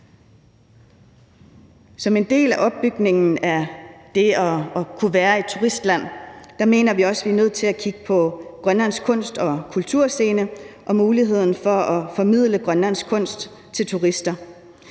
Som en del af opbygningen af det at kunne være et turistland mener vi også vi er nødt til at kigge på Grønlands kunst- og kulturscene og muligheden for at formidle grønlandsk kunst til turister.